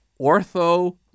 Ortho